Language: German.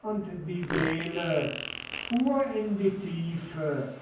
und die seele fuhr in die tiefe